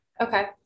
Okay